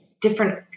different